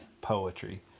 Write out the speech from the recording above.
poetry